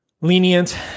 lenient